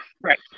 Right